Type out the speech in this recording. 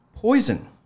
Poison